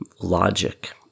logic